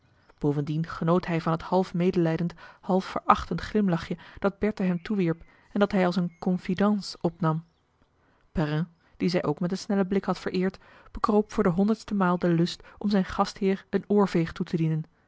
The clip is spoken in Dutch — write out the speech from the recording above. bovendien genoot hij van het half medelijdend half verachtend glimlachje dat bertha hem toewierp en dat hij als een confidence opnam perrin dien zij ook met een snellen blik had vereerd bekroop voor de honderdste maal de lust om zijn gastheer een oorveeg toetedienen met de